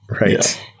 Right